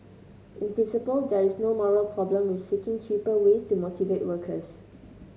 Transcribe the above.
in principle there is no moral problem with seeking cheaper ways to motivate workers